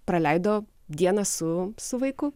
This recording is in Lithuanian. praleido dieną su su vaiku